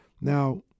Now